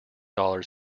dollars